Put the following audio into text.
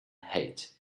hate